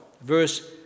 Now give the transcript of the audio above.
verse